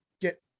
get